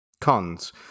Cons